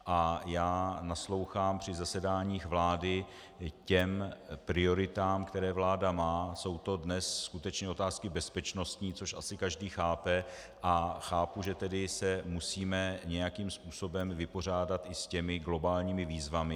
A já naslouchám při zasedáních vlády těm prioritám, které vláda má, jsou to dnes skutečně otázky bezpečnostní, což asi každý chápe, a chápu, že se musíme nějakým způsobem vypořádat i s těmi globálními výzvami.